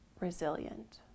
resilient